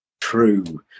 true